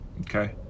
okay